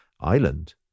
island